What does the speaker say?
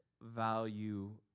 value